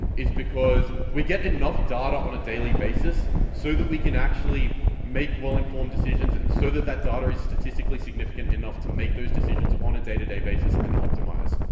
is because we get enough data on a daily basis so that we can actually make well-informed decisions and so that that data is statistically significant enough to make those decisions on a day-to-day basis and optimise.